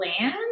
land